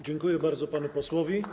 Dziękuję bardzo panu posłowi.